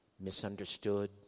Misunderstood